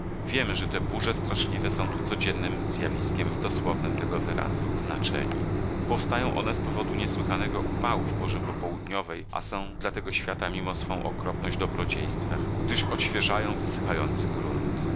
wiemy że te burze straszliwe są tu codziennem zjawiskiem w dosłownem tego wyrazu znaczeniu powstają one z powodu niesłychanego upału w porze popołudniowej a są dla tego świata mimo swą okropność dobrodziejstwem gdyż odświeżają atmosferę i wysychający grunt